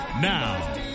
Now